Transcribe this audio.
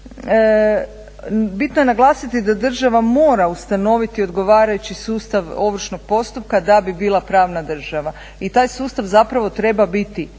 bitno je naglasiti da država mora ustanoviti odgovarajući sustav ovršnog postupka da bi bila pravna država i taj sustav treba biti